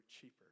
cheaper